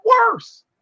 worse